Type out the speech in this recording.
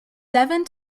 seven